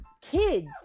kids